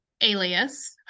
alias